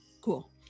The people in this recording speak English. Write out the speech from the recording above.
cool